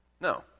No